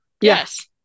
Yes